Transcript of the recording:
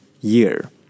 year